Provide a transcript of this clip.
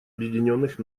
объединенных